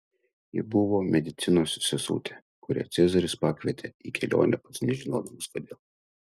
ji buvo medicinos sesutė kurią cezaris pakvietė į kelionę pats nežinodamas kodėl